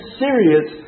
serious